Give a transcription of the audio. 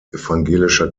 evangelischer